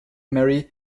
mary